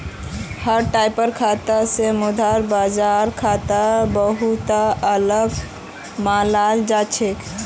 हर टाइपेर खाता स मुद्रा बाजार खाता बहु त अलग मानाल जा छेक